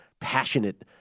passionate –